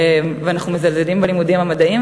ואנחנו מזלזלים בלימודים המדעיים,